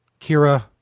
Kira